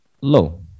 low